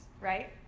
right